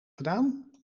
gedaan